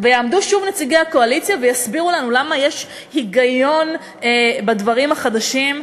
ויעמדו שוב נציגי הקואליציה ויסבירו לנו למה יש היגיון בדברים החדשים,